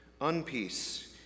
Unpeace